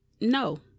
no